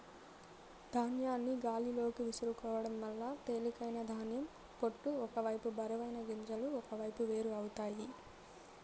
ధాన్యాన్ని గాలిలోకి విసురుకోవడం వల్ల తేలికైన ధాన్యం పొట్టు ఒక వైపు బరువైన గింజలు ఒకవైపు వేరు అవుతాయి